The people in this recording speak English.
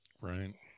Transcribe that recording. Right